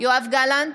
יואב גלנט,